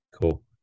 Cool